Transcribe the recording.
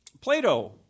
Plato